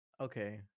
okay